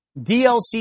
DLC